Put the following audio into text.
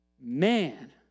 man